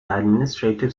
administrative